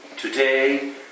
Today